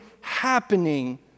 happening